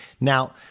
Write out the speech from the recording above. Now